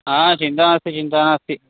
हा चिन्ता नास्ति चिन्ता नास्ति